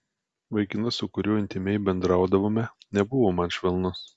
vaikinas su kuriuo intymiai bendraudavome nebuvo man švelnus